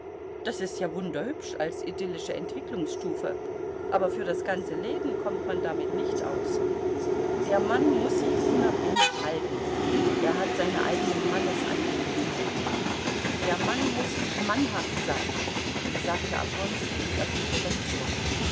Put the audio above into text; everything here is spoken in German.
das ist ja wunderhübsch als idyllische entwicklungsstufe aber für das ganze leben kommt man damit nicht aus der mann muß sich unabhängig halten er hat seine eigenen mannesangelegenheiten der mann muß mannhaft sein sagte oblonski und öffnete das tor